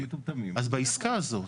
אז בעסקה הזאת